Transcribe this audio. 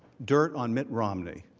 dirt on mitt romney.